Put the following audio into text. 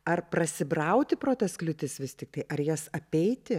ar prasibrauti pro tas kliūtis vis tiktai ar jas apeiti